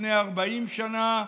לפני 40 שנה,